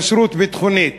כשרות ביטחונית.